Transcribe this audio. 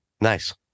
Nice